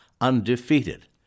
undefeated